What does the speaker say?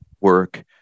work